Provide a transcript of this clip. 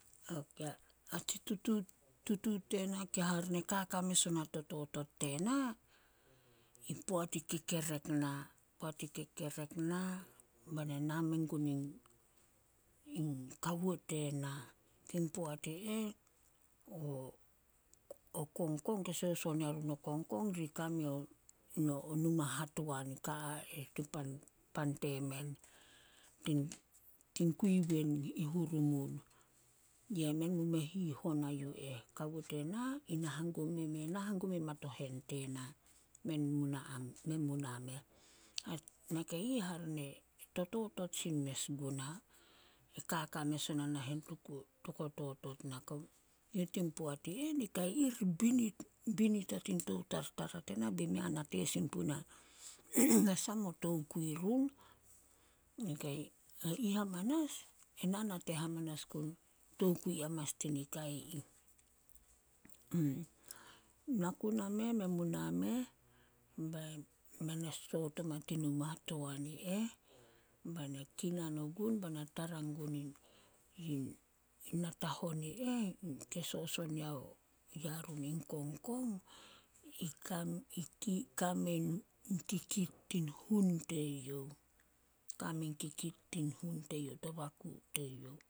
Ok, a tsi tutut- tutut tena ke hare ne kaka mes ona tototot tena, i poat e kekerek na- i poat e kekerek na bena na me gunin Kawo tena, tein poat i eh o- o Kongkong ke soson yarun o kongkong ri kame yo o numa hatuan ka a eh tin pan- pan temen. Tin kui wen i Hurumun. Yemen mu me hihon a yu eh. Kawo tena, i na hangum memei na hangum me hamatohen tena, men mu na men mu na meh, Nakai ih hare ne totot sin mes guna, kaka mes ona nahen toko- toko totot na. tin poat i eh nikai ih ri binit- binit a tein tou tartara tena be mei nate sin puna nasah mo tokui run. e ih amanas, ena nate hamanas gun tokui manas tani kai ih. Na ku na meh, men mu na meh bai men e soot oma tin numa hatoan i eh bai na kinan ogun bai na tara gun in i natahon i eh, ke soson yarun in Kongkong i kamen in kikit tin hun teyouh- kame kikit tin hun teyouh to baku.